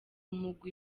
mugwi